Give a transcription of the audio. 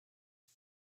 the